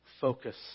Focus